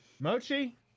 Mochi